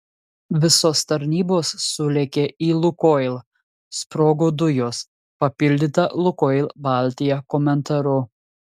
visos tarnybos sulėkė į lukoil sprogo dujos papildyta lukoil baltija komentaru